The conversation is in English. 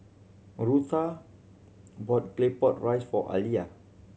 Rutha bought Claypot Rice for Aaliyah